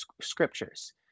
scriptures